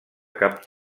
cap